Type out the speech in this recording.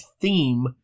theme